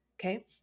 Okay